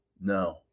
no